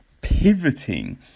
pivoting